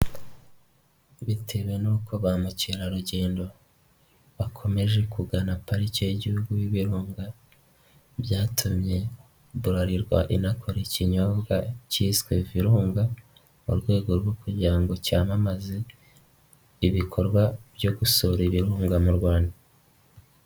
Bitewe n'uko ba mukerarugendo bakomeje kugana parike y'Igihugu y'ibirunga, byatumye Bralirwa inakora ikinyobwa kiswe Virunga. Mu rwego rwo kugira ngo cyamamaze ibikorwa byo gusura ibirunga mu Rwanda.